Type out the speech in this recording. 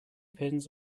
pins